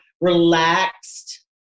relaxed